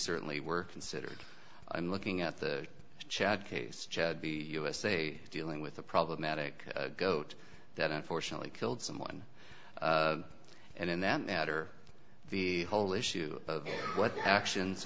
certainly were considered i'm looking at the chad case usa dealing with a problematic goat that unfortunately killed someone and in that matter the whole issue of what actions